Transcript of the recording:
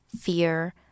fear